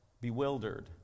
bewildered